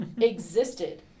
existed